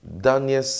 Daniel